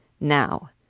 Now